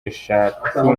eshatu